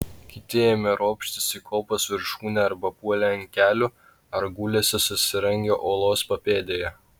kiti ėmė ropštis į kopos viršūnę arba puolė ant kelių ar gulėsi susirangę uolos papėdėje